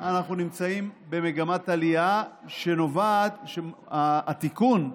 אנחנו נמצאים במגמת עלייה שנובעת מכך שהתיקון,